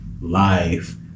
life